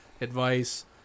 advice